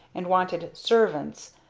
and wanted servants,